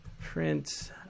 print